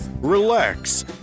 Relax